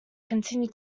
continue